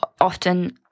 often